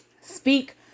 Speak